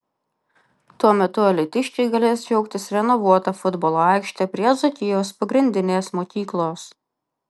tuo metu alytiškiai galės džiaugtis renovuota futbolo aikšte prie dzūkijos pagrindinės mokyklos